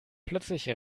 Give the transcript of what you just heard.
plötzlich